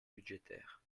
budgétaires